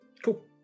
Cool